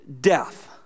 death